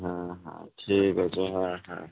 হ্যাঁ হ্যাঁ ঠিক আছে হ্যাঁ হ্যাঁ